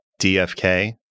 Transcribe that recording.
DFK